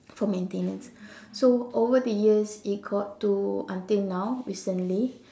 for maintenance so over the years it got to until now recently